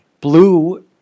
Blue